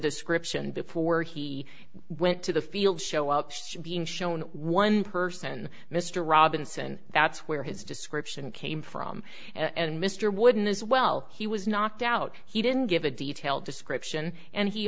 description before he we went to the field show up being shown one person mr robinson that's where his description came from and mr wooden is well he was knocked out he didn't give a detailed description and he